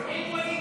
אם אורית